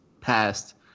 passed